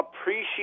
appreciate